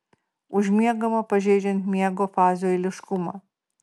užmiegama pažeidžiant miego fazių eiliškumą